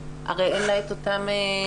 הרי אין לה את אותן הוצאות.